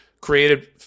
created